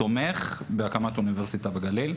תומך בהקמת אוניברסיטה בגליל.